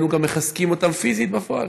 היינו גם מחזקים אותם פיזית בפועל.